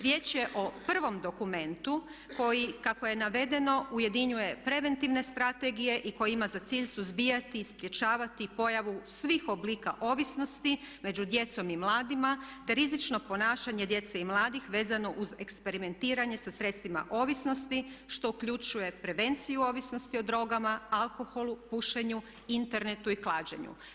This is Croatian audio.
Riječ je o prvom dokumentu koji kako je navedeno ujedinjuje preventivne strategije i koji ima za cilj suzbijati i sprječavati pojavu svih oblika ovisnosti među djecom i mladima te rizično ponašanje djece i mladih vezano uz eksperimentiranje sa sredstvima ovisnosti što uključuje prevenciju ovisnosti o drogama, alkoholu, pušenju, internetu i klađenju.